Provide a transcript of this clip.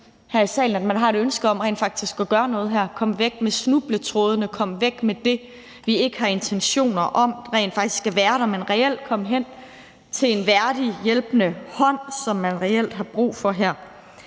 her i salen, at man har et ønske om rent faktisk at gøre noget her, komme af med snubletrådene og komme af med det, vi rent faktisk ikke har intentioner om skal være der, og i stedet reelt komme hen til en værdig, hjælpende hånd, som man reelt har brug for her.